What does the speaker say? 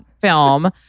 film